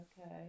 okay